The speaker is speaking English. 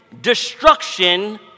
destruction